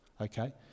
okay